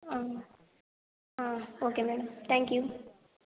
okay madam thank you